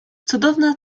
cudowna